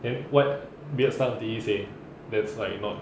then what weird stuff did he say that's like not